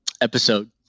episode